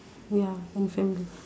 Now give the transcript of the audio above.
ya and family